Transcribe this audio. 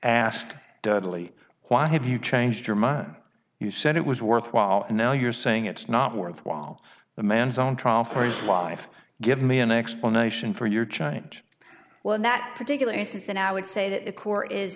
asked why have you changed your mind you said it was worthwhile and now you're saying it's not worth while the man's on trial for his life give me an explanation for your change well in that particular cases then i would say that the core is